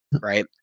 right